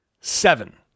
seven